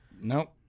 Nope